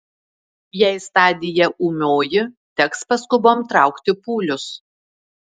jei stadija ūmioji teks paskubom traukti pūlius